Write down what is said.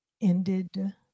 ended